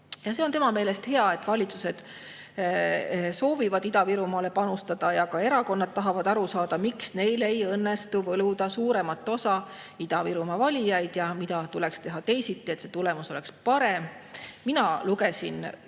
See on tema meelest hea, et valitsused soovivad Ida-Virumaale panustada ja ka erakonnad tahavad aru saada, miks neil ei õnnestu võluda suuremat osa Ida-Virumaa valijaid ja mida tuleks teha teisiti, et tulemus oleks parem. Mina lugesin Põhjaranniku